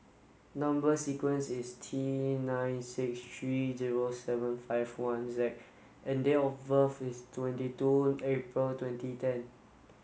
number sequence is T nine six three zero seven five one Z and date of birth is twenty two April twenty ten